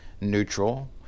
neutral